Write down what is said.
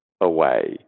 away